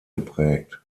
geprägt